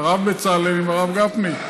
הרב בצלאל עם הרב גפני,